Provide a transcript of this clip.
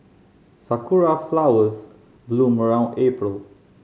sakura flowers bloom around April